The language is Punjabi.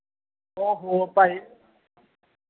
ਓ ਹੋ ਭਾਅ ਜੀ